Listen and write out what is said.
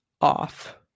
off